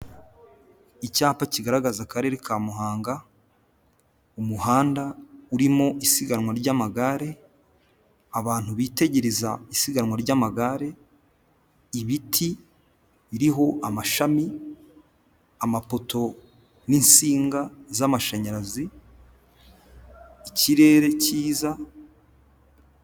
Icyapa kigaragaza akarere ka muhanga umuhanda urimo isiganwa ry'amagare, abantu bitegereza isiganwa ry'amagare ibiti biriho amashami amapoto, n'insinga z' amashanyarazi ikirere kiza.